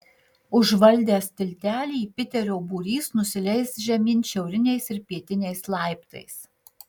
užvaldęs tiltelį piterio būrys nusileis žemyn šiauriniais ir pietiniais laiptais